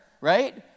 right